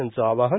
यांचं आवाहन